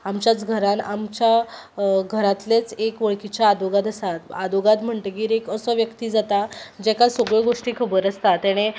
आमच्यांच घरान आमच्या घरांतलेंच एक वळखीचें आदोगाद आसा आदोगाद म्हणटगीर एक असो व्यक्ती जाता जेका सगळ्यो गोश्टी खबर आसता तेंणे